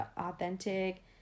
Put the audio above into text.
authentic